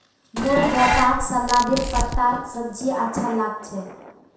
मोर बेटाक सलादेर पत्तार सब्जी अच्छा लाग छ